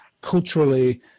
culturally